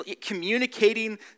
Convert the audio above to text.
communicating